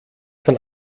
von